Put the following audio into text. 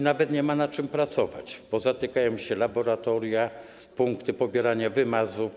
Nawet nie ma na czym pracować, bo zatykają się laboratoria, punkty pobierania wymazów.